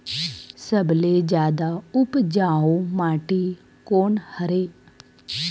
सबले जादा उपजाऊ माटी कोन हरे?